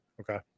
okay